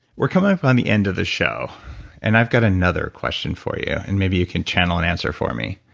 we're coming upon the end of the show and i've got another question for you and maybe you can channel and answer for me.